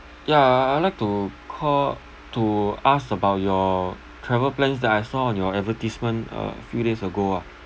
ya I would like to call to ask about your travel plans that I saw on your advertisement uh a few days ago ah